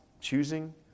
choosing